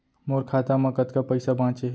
मोर खाता मा कतका पइसा बांचे हे?